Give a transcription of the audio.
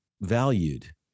valued